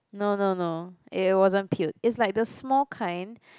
no no no it wasn't peeled it's like the small kind